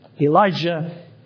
Elijah